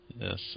Yes